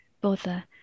bother